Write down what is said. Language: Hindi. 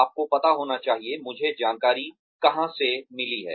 आपको पता होना चाहिए मुझे जानकारी कहा से मिली है